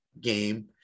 game